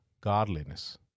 godliness